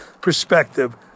perspective